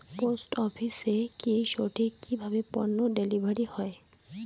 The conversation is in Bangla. পোস্ট অফিসে কি সঠিক কিভাবে পন্য ডেলিভারি হয়?